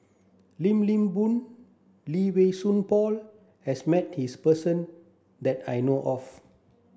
Lim Lim Boon Lee Wei Song Paul has met this person that I know of